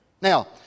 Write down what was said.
Now